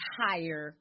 higher